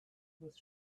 was